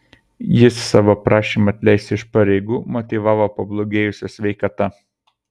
jis savo prašymą atleisti iš pareigų motyvavo pablogėjusia sveikata